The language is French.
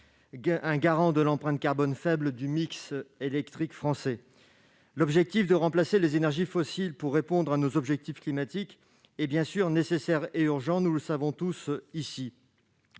un garant de l'empreinte carbone faible du mix électrique français- c'est une évidence ! L'objectif de remplacer les énergies fossiles pour répondre à nos objectifs climatiques est bien sûr nécessaire et urgent, nous le savons tous ici.